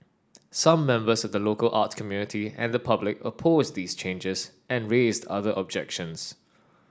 some members of the local art community and the public opposed these changes and raised other objections